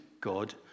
God